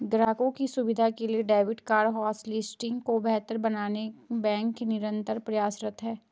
ग्राहकों की सुविधा के लिए डेबिट कार्ड होटलिस्टिंग को बेहतर बनाने बैंक निरंतर प्रयासरत है